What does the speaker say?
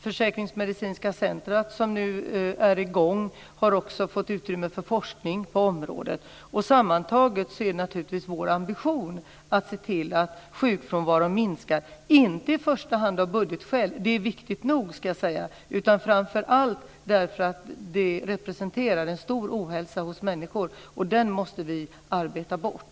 Försäkringsmedicinskt centrum, som nu kommit i gång, har också fått utrymme för forskning på området. Sammantaget är det naturligtvis vår ambition att se till att sjukfrånvaron minskar - inte i första hand av budgetskäl, även om det är viktigt nog, utan framför allt därför att denna frånvaro är uttryck för stor ohälsa hos människor vilken vi måste arbeta bort.